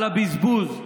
על הבזבוז.